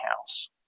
house